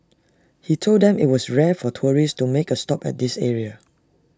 he told them IT was rare for tourists to make A stop at this area